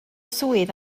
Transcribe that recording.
swydd